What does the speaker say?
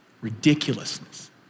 ridiculousness